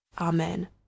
Amen